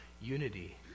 unity